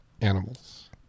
Animals